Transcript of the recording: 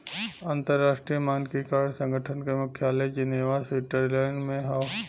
अंतर्राष्ट्रीय मानकीकरण संगठन क मुख्यालय जिनेवा स्विट्जरलैंड में हौ